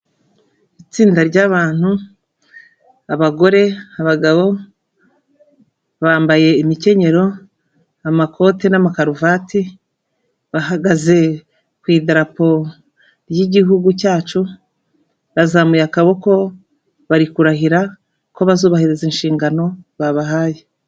Itsinda ry'bantu, abagore, abagabo bambaye imikenyero, amakoti n'amakaruvati bahagaze ku irapo ry'igihugu cyacu, bazamuye akaboko bari kurahira ko bazubahiriza inshingano babahaye.